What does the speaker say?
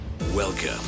Welcome